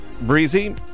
breezy